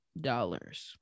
Dollars